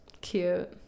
Cute